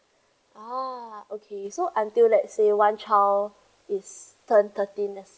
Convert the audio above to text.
ah okay so until let's say one child is turn thirteen